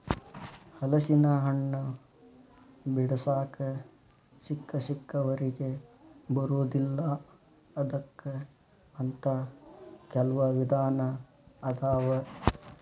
ಹಲಸಿನಹಣ್ಣ ಬಿಡಿಸಾಕ ಸಿಕ್ಕಸಿಕ್ಕವರಿಗೆ ಬರುದಿಲ್ಲಾ ಅದಕ್ಕ ಅಂತ ಕೆಲ್ವ ವಿಧಾನ ಅದಾವ